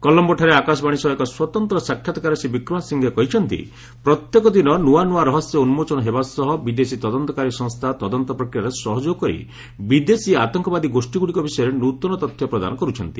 କଲମ୍ଘୋଠାରେ ଆକାଶବାଣୀ ସହ ଏକ ସ୍ୱତନ୍ତ୍ର ସାକ୍ଷାତ୍କାରରେ ଶ୍ରୀ ବିକ୍ରମାସିଂଘେ କହିଛନ୍ତି ପ୍ରତ୍ୟେକ ଦିନ ନୂଆ ନୂଆ ରହସ୍ୟ ଉନ୍ମୋଚନ ହେବା ସହ ବିଦେଶୀ ତଦନ୍ତକାରୀ ସଂସ୍ଥା ତଦନ୍ତ ପ୍ରକ୍ରିୟାରେ ସହଯୋଗ କରି ବିଦେଶୀ ଆତଙ୍କବାଦୀ ଗୋଷୀଗୁଡ଼ିକ ବିଷୟରେ ନୃତନ ତଥ୍ୟ ପ୍ରଦାନ କରୁଛନ୍ତି